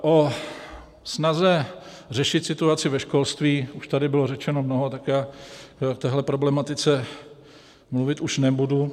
O snaze řešit situaci ve školství už tady bylo řečeno mnoho, tak já o téhle problematice mluvit už nebudu.